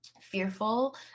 fearful